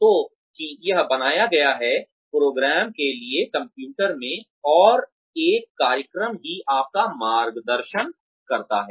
तो कि यह बनाया गया है प्रोग्राम के लिए कंप्यूटर में और एक कार्यक्रम ही आपका मार्गदर्शन करता है